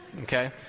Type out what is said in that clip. Okay